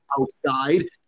outside